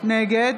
נגד